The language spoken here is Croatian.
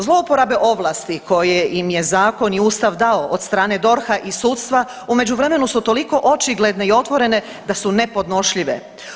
Zlouporabe ovlasti koje im je zakon i ustav dao od strane DORH-a i sudstva u međuvremenu su toliko očigledne i otvorene da su nepodnošljive.